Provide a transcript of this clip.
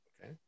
Okay